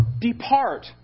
Depart